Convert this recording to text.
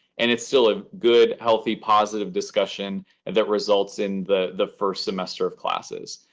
and it's still a good, healthy, positive discussion that results in the the first semester of classes.